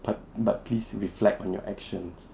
but but please reflect on your actions